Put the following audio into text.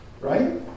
Right